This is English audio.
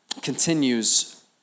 continues